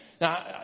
Now